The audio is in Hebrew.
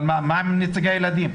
אבל מה עם נציגי הילדים?